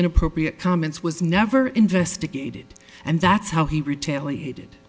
inappropriate comments was never investigated and that's how he retaliated